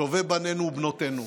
מטובי בנינו ובנותינו.